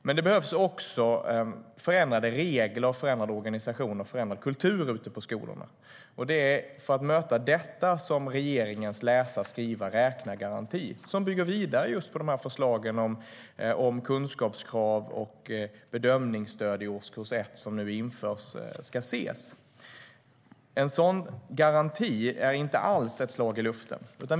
Men det behövs också förändrade regler, förändrad organisation och förändrad kultur ute på skolorna, och det är mot bakgrund av detta som regeringens läsa-skriva-räkna-garanti, som bygger vidare just på de här förslagen om kunskapskrav och bedömningsstöd i årskurs 1 som nu införs, ska ses. En sådan garanti är inte alls ett slag i luften.